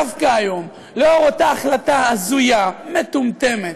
דווקא היום, נוכח אותה החלטה ההזויה, מטומטמת,